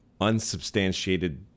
unsubstantiated